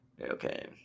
Okay